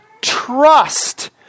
trust